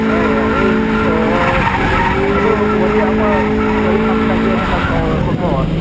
ꯑꯩ ꯑꯗꯣ ꯋꯥꯔꯤ ꯑꯃ ꯋꯥꯔꯤ ꯁꯥꯃꯤꯟꯅꯒꯦ ꯍꯥꯏꯅ ꯀꯧꯔꯕꯀꯣ